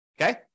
Okay